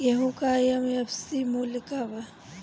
गेहू का एम.एफ.सी मूल्य का बा?